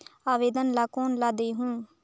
आवेदन ला कोन ला देहुं?